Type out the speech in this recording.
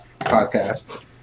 podcast